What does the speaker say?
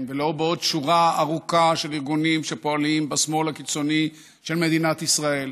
ולא בעוד שורה של ארגונים שפועלים בשמאל הקיצוני של מדינת ישראל.